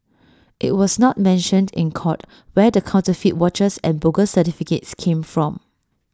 IT was not mentioned in court where the counterfeit watches and bogus certificates came from